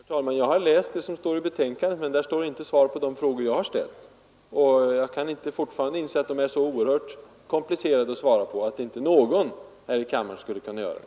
Herr talman! Jag har läst vad som står i betänkandet, men det är inte svar på de frågor jag har ställt. Jag kan fortfarande inte inse att de är så oerhört komplicerade att inte någon här i kammaren kan svara på dem.